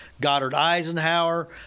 Goddard-Eisenhower